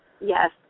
Yes